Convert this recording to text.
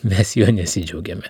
mes juo nesidžiaugiame